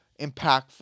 impactful